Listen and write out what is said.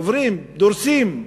עוברים, דורסים,